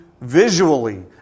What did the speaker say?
visually